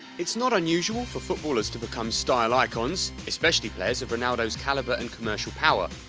it's not unusual for footballers to become style icons, especially players of ronaldo's calibre and commercial power.